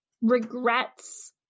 regrets